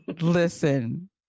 Listen